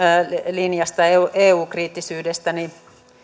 linjasta ja eu kriittisyydestä niin